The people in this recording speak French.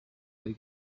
pour